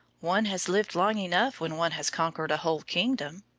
one has lived long enough when one has conquered a whole kingdom,